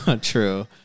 True